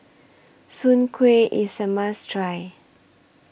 Soon Kway IS A must Try